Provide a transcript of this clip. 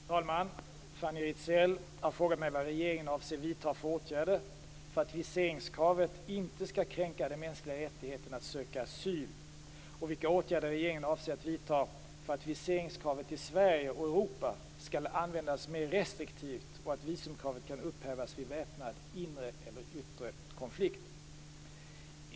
Fru talman! Fanny Rizell har frågat mig vilka åtgärder regeringen avser vidta för att viseringskravet inte skall kränka den mänskliga rättigheten att söka asyl samt vilka åtgärder regeringen avser vidta för att viseringskravet i Sverige och Europa skall användas mer restriktivt och att visumkravet kan upphävas vid väpnad yttre eller inre konflikt.